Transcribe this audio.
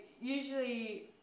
usually